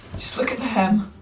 just look at the hem.